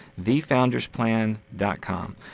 TheFoundersPlan.com